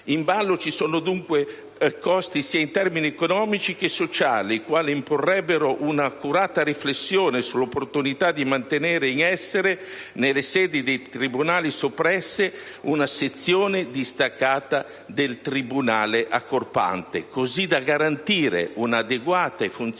In ballo ci sono dunque costi, sia in termini economici che sociali, i quali imporrebbero un'accurata riflessione sull'opportunità di mantenere in essere, nelle sedi dei tribunali soppressi, una sezione distaccata del tribunale accorpante, così da assicurare un'adeguata e funzionale